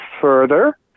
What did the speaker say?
further